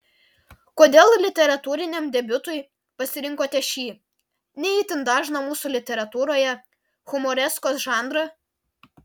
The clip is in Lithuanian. kodėl literatūriniam debiutui pasirinkote šį ne itin dažną mūsų literatūroje humoreskos žanrą